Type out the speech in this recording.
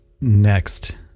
next